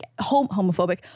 homophobic